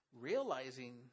realizing